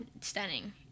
stunning